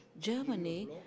Germany